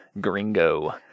Gringo